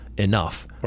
enough